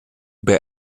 bei